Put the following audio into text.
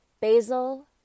basil